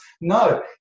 No